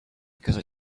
because